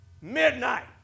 midnight